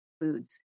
foods